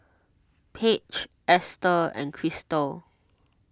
Paige Esther and Cristal